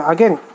Again